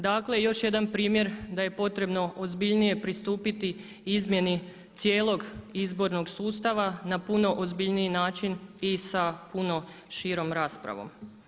Dakle još jedan primjer da je potrebno ozbiljnije pristupiti izmjeni cijelog izbornog sustava na puno ozbiljniji način i sa puno širom raspravom.